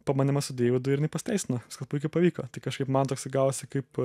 pabandėm mes su deividu ir jinai nepasiteisino kad puikiai pavyko tai kažkaip man toksai gavosi kaip